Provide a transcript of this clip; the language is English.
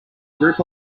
group